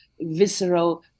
visceral